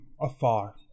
afar